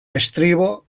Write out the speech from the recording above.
estribo